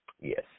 Yes